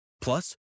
Plus